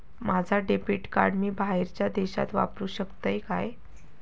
माझा debit card मी बाहेरच्या देशात वापरू शकतय काय?